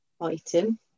item